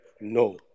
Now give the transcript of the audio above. no